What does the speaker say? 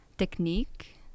technique